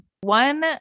One